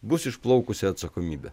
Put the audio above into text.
bus išplaukusi atsakomybė